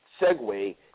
segue